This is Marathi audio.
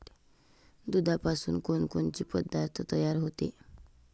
दुधापासून कोनकोनचे पदार्थ तयार होते?